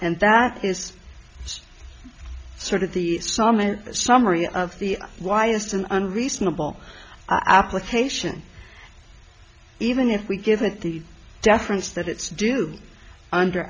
and that is sort of the saw my summary of the widest an unreasonable application even if we give it the deference that it's due under